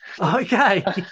Okay